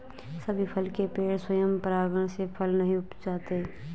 सभी फल के पेड़ स्वयं परागण से फल नहीं उपजाते